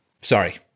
Sorry